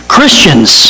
Christians